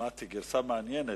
שמעתי גרסה מעניינת,